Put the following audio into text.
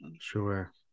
Sure